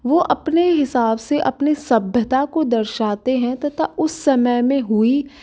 वो अपने हिसाब से अपने सभ्यता को दर्शाते हैं तथा उस समय में हुई